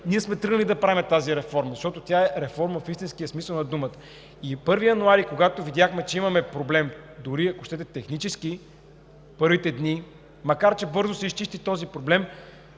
ние сме тръгнали да правим тази реформа, защото тя е реформа в истинския смисъл на думата. На 1 януари видяхме, че имаме проблем, ако щете, дори технически първите дни, макар че бързо се изчисти, той е